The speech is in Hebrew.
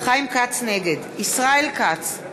נגד ישראל כץ,